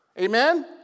Amen